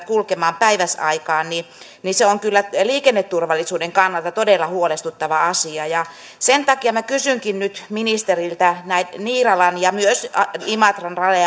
kulkemaan päiväsaikaan niin niin se on kyllä liikenneturvallisuuden kannalta todella huolestuttava asia sen takia minä kysynkin nyt ministeriltä niiralan ja myös imatran raja